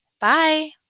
Bye